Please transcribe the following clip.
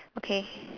okay